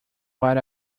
what